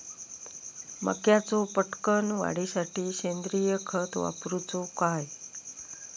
मक्याचो पटकन वाढीसाठी सेंद्रिय खत वापरूचो काय?